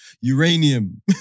Uranium